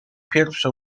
pierwsze